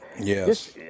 Yes